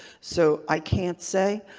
so i can't say,